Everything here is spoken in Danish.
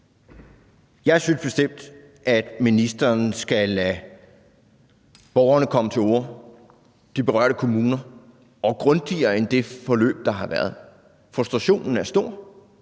Jeg synes bestemt, at ministeren skal lade borgerne og de berørte kommuner komme til orde – og grundigere end det forløb, der har været. Frustrationen er stor,